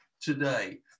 today